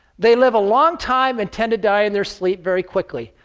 they live a long time, and tend to die in their sleep, very quickly,